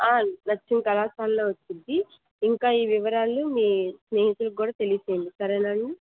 నచ్చిన కళాశాలలో వచ్చుద్ది ఇంకా ఈ వివరాలు మీ స్నేహితులకు కూడా తెలియచేయండి సరేనా అండి